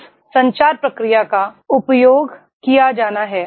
उस संचार प्रक्रिया का उपयोग किया जाना है